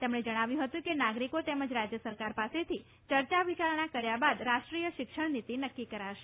તેમણે જણાવ્યું હતું કે નાગરિકો તેમજ રાજ્ય સરકાર પાસેથી ચર્ચા વિચારણા કર્યા બાદ રાષ્ટ્રીય શિક્ષણ નીતિ નક્કી કરાશે